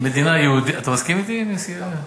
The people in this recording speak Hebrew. אתה מסכים אתי, בן-סימון?